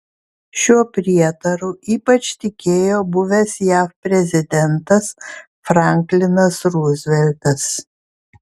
šiuo prietaru ypač tikėjo buvęs jav prezidentas franklinas ruzveltas